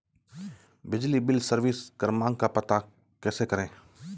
बिजली bill service क्रमांक का पता कैसे करें?